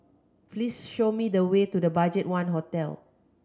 please show me the way to the BudgetOne Hotel